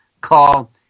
call